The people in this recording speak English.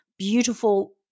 beautiful